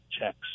checks